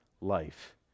life